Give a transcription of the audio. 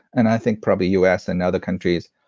and i think probably u s. and other countries,